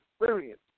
experience